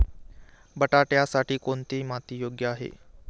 बटाट्यासाठी कोणती माती योग्य आहे?